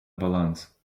баланс